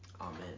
Amen